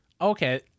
Okay